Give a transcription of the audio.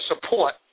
support